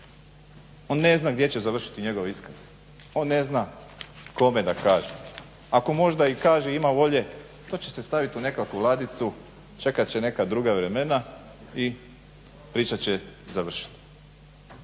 On ne zna gdje će završit njegov iskaz, on ne zna kome da kaže. Ako možda i kaže ima volje to će se stavit u nekakvu ladicu, čekat će neka druga vremena i priča će završiti.